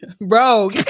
Bro